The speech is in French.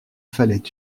fallait